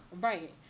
right